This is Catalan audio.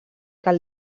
cal